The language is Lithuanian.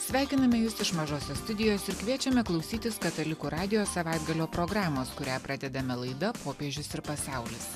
sveikiname jus iš mažosios studijos ir kviečiame klausytis katalikų radijo savaitgalio programos kurią pradedame laida popiežius ir pasaulis